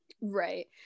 right